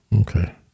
Okay